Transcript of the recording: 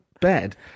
bed